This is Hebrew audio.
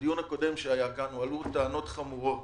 בדיון הקודם שהיה כאן הועלו טענות חמורות